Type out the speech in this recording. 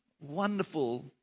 wonderful